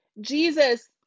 Jesus